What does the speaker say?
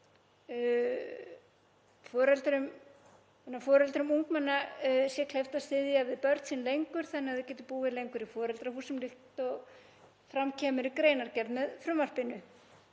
foreldrum ungmenna kleift að styðja við börn sín lengur þannig að þau geti búið lengur í foreldrahúsum, líkt og fram kemur í greinargerð með frumvarpinu.